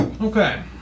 okay